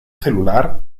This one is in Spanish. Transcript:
celular